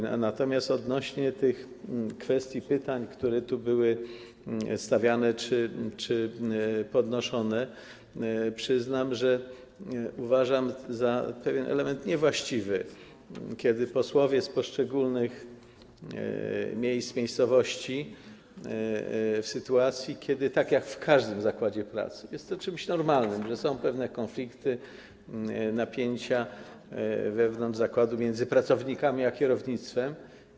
Natomiast odnośnie do tych kwestii, pytań, które tu były stawiane czy podnoszone, to przyznam, że uważam za pewien element niewłaściwy to, kiedy posłowie z poszczególnych miejscowości mówią o sytuacjach, które przecież mają miejsce w każdym zakładzie pracy - jest czymś normalnym, że są pewne konflikty, napięcia wewnątrz zakładu między pracownikami a kierownictwem.